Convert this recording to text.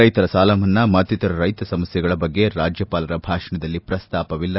ರೈತರ ಸಾಲಮನ್ನಾ ಮತ್ತಿತರ ರೈತ ಸಮಸ್ಕೆಗಳ ಬಗ್ಗೆ ರಾಜ್ಯಪಾಲರ ಭಾಷಣದಲ್ಲಿ ಪ್ರಸ್ತಾಪವಿಲ್ಲ